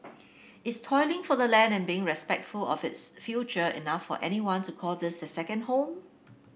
is toiling for the land and being respectful of its future enough for anyone to call this the second home